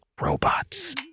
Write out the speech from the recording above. robots